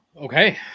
Okay